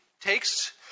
takes